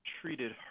treated